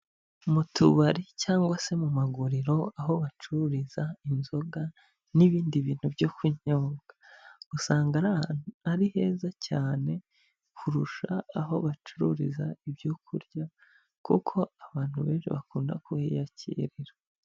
Mu tubari cyangwa se mu maguriro aho bacururiza inzoga n'ibindi bintu byo kunywobwa. Usanga ari ahantu ari heza cyane kurusha aho bacururiza ibyo kurya, kuko abantu benshi bakunda kuhiyakirira.